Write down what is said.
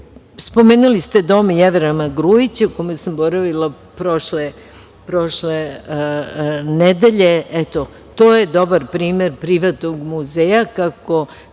umetnost. Spomenuli ste Dom Jevrema Grujića, u kome sam boravila prošle nedelje. Eto, to je dobar primer privatnog muzeja, kako